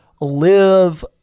live